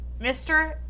Mr